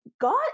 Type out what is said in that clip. God